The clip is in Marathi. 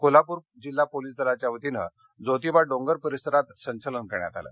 कोल्हापुर जिल्हा पोलिस दलाच्या वतीनं जोतिबा डोंगर परिसरात संचलन करण्यात आलं